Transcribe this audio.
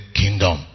kingdom